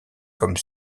comme